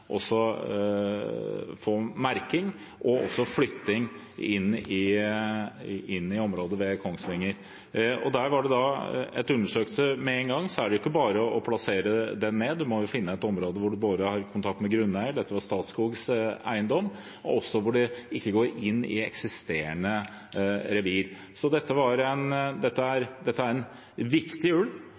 også flyttet inn i området ved Kongsvinger. Og etter undersøkelse er det jo ikke bare å plassere den ned med en gang; man må finne et område der man har kontakt med grunneier – dette var Statskogs eiendom – og der det ikke går inn i eksisterende revir. Så dette er en viktig